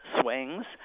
swings